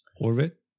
orbit